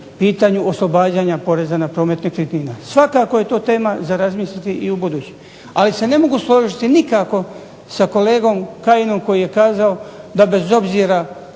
pitanju oslobađanje poreza na promet nekretnina. Svakako je to tema za razmisliti i ubuduće. Ali se ne mogu složiti nikako sa kolegom Kajinom koji je kazao da bez obzira